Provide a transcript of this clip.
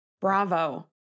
bravo